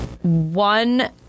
one